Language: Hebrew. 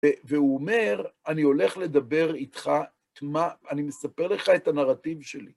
והוא אומר, אני הולך לדבר איתך, אני מספר לך את הנרטיב שלי.